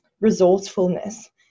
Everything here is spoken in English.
resourcefulness